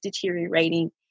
deteriorating